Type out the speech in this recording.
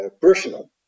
personal